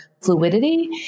fluidity